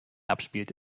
abspielt